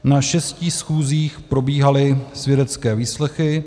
Na šesti schůzích probíhaly svědecké výslechy.